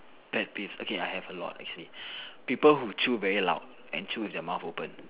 pet peeves okay I have a lot actually people who chew very loud and chew with their mouth open